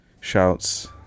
shouts